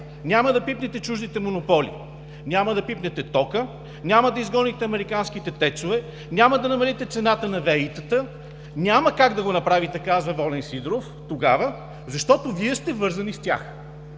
няма да пипнете чуждите монополи, няма да пипнете тока, няма да изгоните американските ТЕЦ-ове, няма да намалите цената на ВЕИ-тата: „Няма как да го направите!“, казва Волен Сидеров тогава, защото Вие сте вързани с тях.